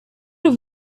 have